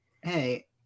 hey